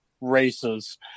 races